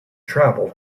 travel